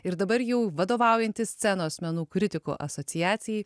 ir dabar jau vadovaujanti scenos menų kritikų asociacijai